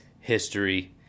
history